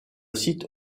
site